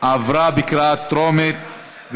עברה בקריאה טרומית,